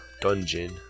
dungeon